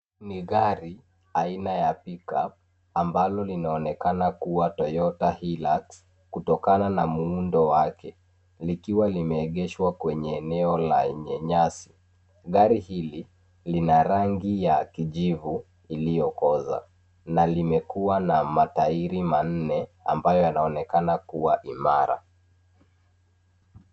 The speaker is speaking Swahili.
Ni gari aina ya pickup, ambalo linaonekana kua Toyota Hillux, kutokana na muundo wake, likiwa limeegeshwa kwenye eneo lenye nyasi. Gari hili lina rangi ya kijivu iliyokoza, na limekua na matairi manne, ambayo yanaonekana kua imara.